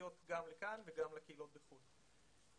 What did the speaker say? משמעותיות גם לכאן וגם לקהילות בחוץ לארץ.